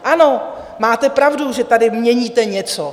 Ano, máte pravdu, že tady měníte něco.